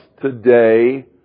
today